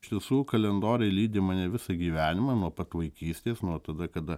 iš tiesų kalendoriai lydi mane visą gyvenimą nuo pat vaikystės nuo tada kada